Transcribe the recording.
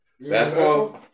basketball